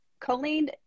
Choline